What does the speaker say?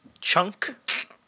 Chunk